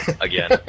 again